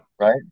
Right